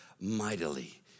mightily